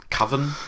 coven